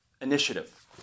initiative